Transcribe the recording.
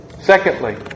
Secondly